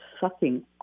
sucking